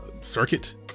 circuit